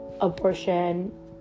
abortion